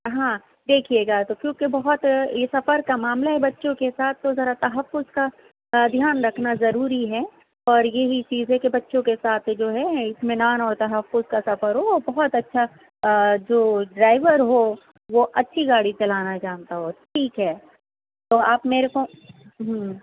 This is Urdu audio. ہاں دیکھیے گا تو کیونکہ بہت یہ سفرکا معاملہ ہے بچوں کے ساتھ تو ذرا تحفظ کا دھیان رکھنا ضروری ہے اور یہی چیز ہے کہ بچوں کے ساتھ جو ہے اطمینان اور تحفظ کا سفر ہو اور بہت اچھا جو ڈرائیور ہو وہ اچھی گاڑی چلانا جانتا ہو ٹھیک ہے تو آپ میرے کو ہوں